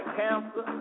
cancer